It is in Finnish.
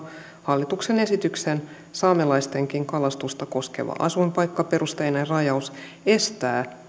hallituksen esityksen saamelaistenkin kalastusta koskeva asuinpaikkaperusteinen rajaus estää